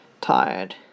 tired